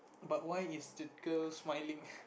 but why is the girl smiling